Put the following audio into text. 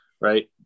right